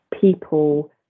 people